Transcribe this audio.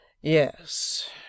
Yes